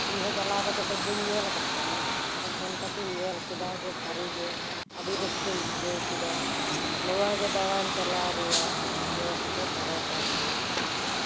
ᱤᱧ ᱦᱚᱸ ᱪᱟᱞᱟᱣ ᱠᱟᱛᱮ ᱫᱚ ᱵᱟᱹᱧ ᱧᱮᱞ ᱟᱠᱟᱫ ᱛᱟᱦᱮᱸ ᱟᱫᱚ ᱥᱮᱱ ᱠᱟᱛᱮ ᱤᱧ ᱧᱮᱞ ᱠᱮᱫᱟ ᱡᱮ ᱥᱟᱹᱨᱤ ᱜᱮ ᱟᱹᱰᱤ ᱨᱟᱹᱥᱠᱟᱹᱧ ᱵᱩᱡᱷᱟᱣ ᱠᱮᱫᱟ ᱱᱚᱣᱟ ᱜᱮ ᱫᱟᱬᱟᱱ ᱪᱟᱞᱟᱣ ᱨᱮᱭᱟᱜ ᱡᱚᱥ ᱫᱚ ᱛᱟᱦᱮᱸ ᱠᱟᱱ ᱛᱤᱧᱟᱹ